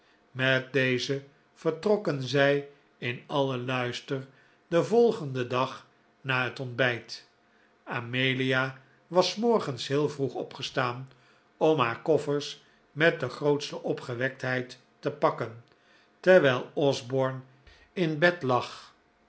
met deze vertrokken zij in alien luister den volgenden dag na het ontbijt amelia was s morgens heel vroeg opgestaan om haar koffers met de grootste opgewektheid te pakken terwijl osborne in bed lag